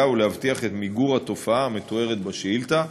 ולהבטיח את מיגור התופעה המתוארת בשאילתה.